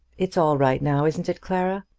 it's all right now isn't it, clara?